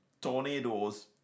Tornadoes